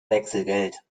wechselgeld